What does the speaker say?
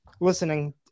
listening